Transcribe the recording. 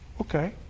Okay